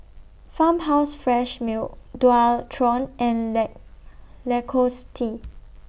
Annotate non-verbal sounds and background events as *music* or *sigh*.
Farmhouse Fresh Milk Dualtron and *unintelligible* Lacoste